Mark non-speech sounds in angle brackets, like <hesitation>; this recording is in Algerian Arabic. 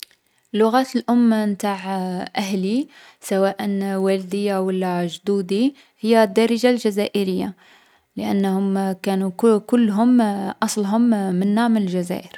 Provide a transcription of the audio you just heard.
﻿اللغات الأم نتاع <hesitation> أهلي سواء والديا و لا جدودي، هي الدارجة الجزائرية. لأنهم كانو ك- كلهم أصلهم منا من الجزائر.